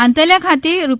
આંતલીયા ખાતે રૂ